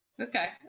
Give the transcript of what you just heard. Okay